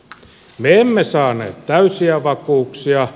me emme saaneet täysiä vakuuksia